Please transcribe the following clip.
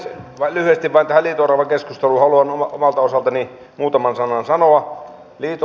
vain lyhyesti tähän liito oravakeskusteluun haluan omalta osaltani muutaman sanan sanoa